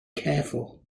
careful